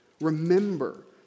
remember